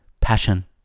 passion